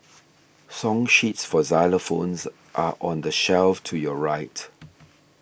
song sheets for xylophones are on the shelf to your right